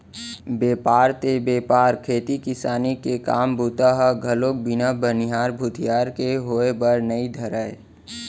बेपार ते बेपार खेती किसानी के काम बूता ह घलोक बिन बनिहार भूथियार के होय बर नइ धरय